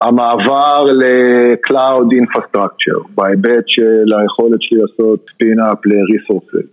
המעבר לקלאוד אינפרסטרקצ'ר בהיבט של היכולת שלי לעשות פינאפ לריסורסלס